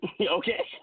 Okay